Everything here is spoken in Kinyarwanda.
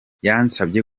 yansabye